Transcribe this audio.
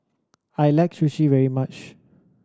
I like Sushi very much